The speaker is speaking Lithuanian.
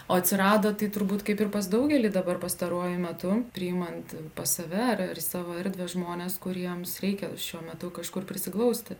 o atsirado tai turbūt kaip ir pas daugelį dabar pastaruoju metu priimant pas save ar į savo erdvę žmones kuriems reikia šiuo metu kažkur prisiglausti